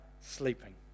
sleeping